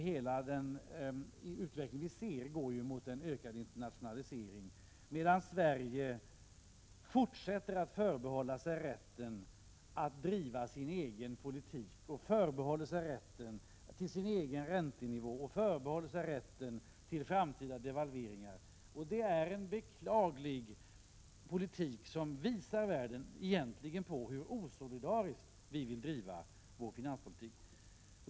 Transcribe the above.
Hela den utveckling vi ser går ju mot en ökad internationalisering, medan Sverige fortsätter att förbehålla sig rätten att driva sin egen politik, att ha en egen räntenivå och även rätten till framtida devalveringar. Det är en beklaglig politik som visar världen hur osolidariskt vi egentligen vill driva vår finanspolitik.